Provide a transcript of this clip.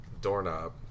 doorknob